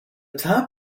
top